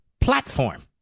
platform